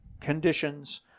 conditions